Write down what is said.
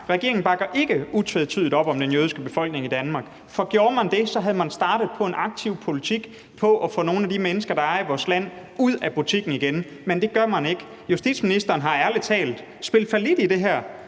regeringen bakker ikke utvetydigt op om den jødiske befolkning i Danmark. For gjorde man det, var man startet på en aktiv politik for at få nogle af de mennesker, der er i vores land, ud af butikken igen – men det gør man ikke. Justitsministeren har ærlig talt spillet fallit i det her.